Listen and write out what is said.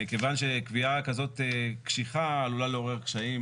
כיוון שקביעה כזאת קשיחה עלולה לעורר קשיים